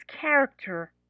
character